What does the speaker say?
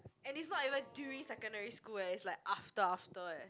and is not even during secondary school eh is like after after eh